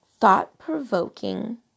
thought-provoking